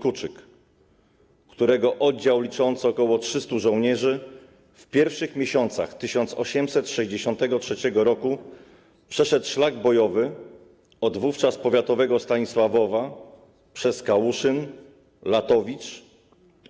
Kuczyk, którego oddział liczący ok. 300 żołnierzy w pierwszych miesiącach 1863 r. przeszedł szlak bojowy od wówczas powiatowego Stanisławowa, przez Kałuszyn, Latowicz,